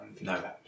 No